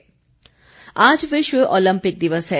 Olympic दौड़ आज विश्व ओलंपिक दिवस है